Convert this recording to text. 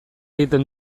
egiten